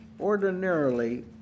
ordinarily